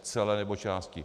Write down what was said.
Celé nebo části.